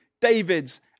David's